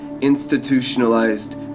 institutionalized